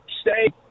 stay